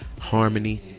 Harmony